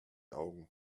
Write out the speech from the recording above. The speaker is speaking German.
augen